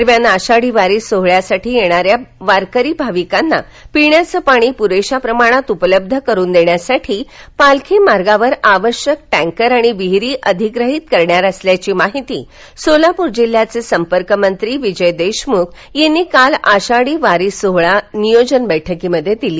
दरम्यान आषाढी वारी सोहळ्यासाठी येणाऱ्या वारकरी भाविकांना पिण्याचं पाणी पुरेशा प्रमाणात उपलब्ध करुन देण्यासाठी पालखी मार्गावर आवश्यक टँकर आणि विहीरी अधिग्रहित करण्यात आल्याची माहिती सोलापूर जिल्ह्याचे संपर्कमंत्री विजय देशमूख यांनी काल आषाढी वारी सोहळा नियोजन बैठकीत दिली